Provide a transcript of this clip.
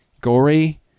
gory